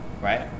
Right